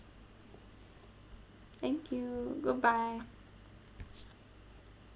thank you goodbye